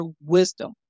wisdom